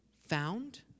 found